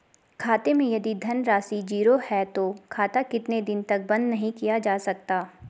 खाते मैं यदि धन राशि ज़ीरो है तो खाता कितने दिन तक बंद नहीं किया जा सकता?